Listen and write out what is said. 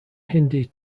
hindi